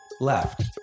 left